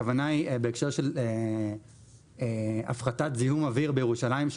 הכוונה היא בהקשר של הפחתת זיהום אוויר בירושלים,